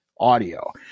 audio